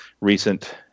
recent